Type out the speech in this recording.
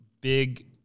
big